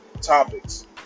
topics